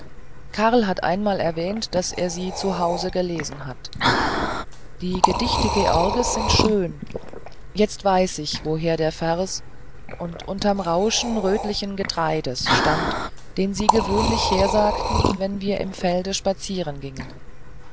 karl hat einmal erwähnt daß er sie zu hause gelesen hat die gedichte georges sind schön jetzt weiß ich woher der vers und unterm rauschen rötlichen getreides stammt den sie gewöhnlich hersagten wenn wir im felde spazieren gingen